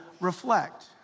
reflect